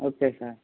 okay sir